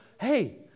Hey